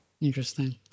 Interesting